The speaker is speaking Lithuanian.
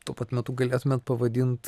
tuo pat metu galėtumėt pavadint